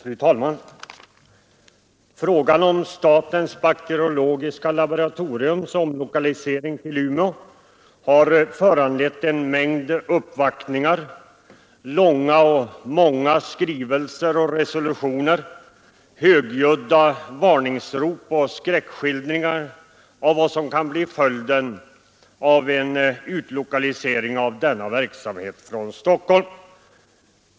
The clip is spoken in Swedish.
Fru talman! Frågan om statens bakteriologiska laboratoriums omlokalisering till Umeå har föranlett en mängd uppvaktningar, långa och många skrivelser och resolutioner, högljudda varningsrop och skräckskildringar av vad som kan bli följden av en utlokalisering av denna verksamhet från Stockholm.